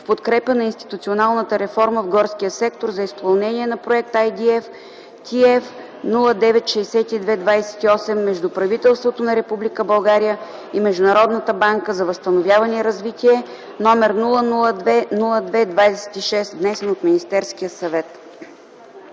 в подкрепа на институционалната реформа в горския сектор за изпълнение на проект IDF № TF-096228 между правителството на Република България и Международната банка за възстановяване и развитие, № 002-02-26, внесен от Министерския съвет”.